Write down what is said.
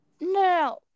no